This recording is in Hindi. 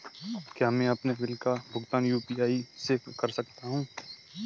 क्या मैं अपने बिल का भुगतान यू.पी.आई से कर सकता हूँ?